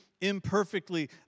imperfectly